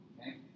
okay